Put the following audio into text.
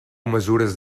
mesures